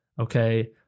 Okay